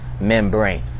Membrane